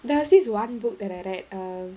there was this one book that I read err